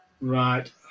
Right